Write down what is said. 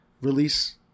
release